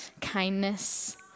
kindness